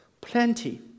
plenty